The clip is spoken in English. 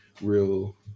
real